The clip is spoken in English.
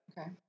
Okay